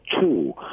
two